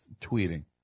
tweeting